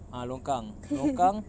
ah longkang longkang